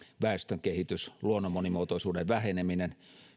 väestönkehitys luonnon monimuotoisuuden väheneminen